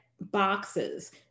boxes